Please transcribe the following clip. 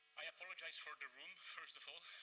i apologize for the room, first of all.